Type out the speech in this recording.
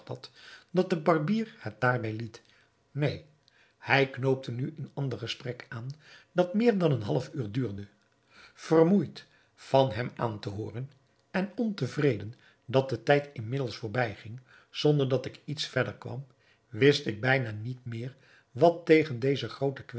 dat de barbier het daarbij liet neen hij knoopte nu een ander gesprek aan dat meer dan een half uur duurde vermoeid van hem aan te hooren en ontevreden dat de tijd inmiddels voorbij ging zonder dat ik iets verder kwam wist ik bijna niet meer wat tegen dezen grooten